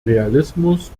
realismus